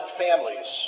families